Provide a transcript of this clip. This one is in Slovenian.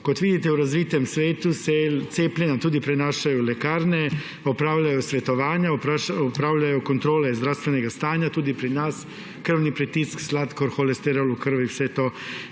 Kot vidite, se v razvitem svetu cepljenja prenašajo tudi v lekarne, lekarne opravljajo svetovanja, opravljajo kontrole zdravstvenega stanja, tudi pri nas krvni pritisk, sladkor, holesterol v krvi, vse to.